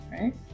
right